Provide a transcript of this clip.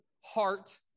heart